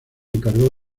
encargó